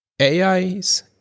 AI's